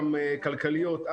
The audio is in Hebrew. גם כלכליות,